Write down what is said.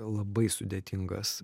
labai sudėtingas